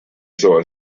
saw